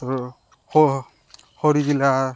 খৰিগিলা